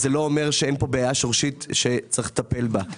זה לא אומר שאין פה בעיה שורשית שצריך לטפל בה.